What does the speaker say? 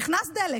נכנס דלק.